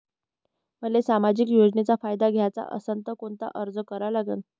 मले सामाजिक योजनेचा फायदा घ्याचा असन त कोनता अर्ज करा लागन?